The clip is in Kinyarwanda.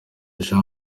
jean